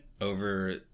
over